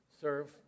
serve